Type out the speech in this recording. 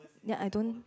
ya I don't